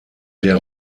der